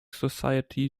society